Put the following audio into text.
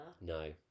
No